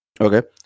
okay